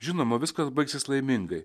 žinoma viskas baigsis laimingai